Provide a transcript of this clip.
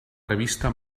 revista